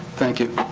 thank you.